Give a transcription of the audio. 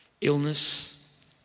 Illness